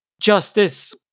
justice